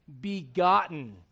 begotten